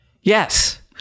Yes